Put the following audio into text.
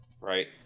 Right